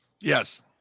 Yes